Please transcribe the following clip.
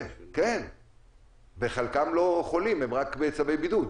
כן, וחלקם לא חולים, הם רק בצווי בידוד.